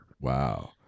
Wow